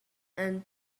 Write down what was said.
and